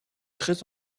très